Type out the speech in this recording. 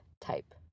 type